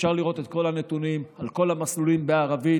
אפשר לראות את כל הנתונים על כל המסלולים בערבית,